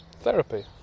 therapy